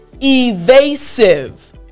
evasive